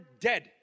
dead